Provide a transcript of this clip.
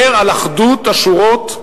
תדבר על אחדות השורות?